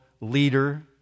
leader